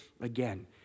again